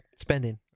spending